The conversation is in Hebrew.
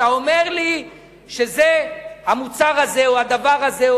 אתה אומר לי שהדבר הזה,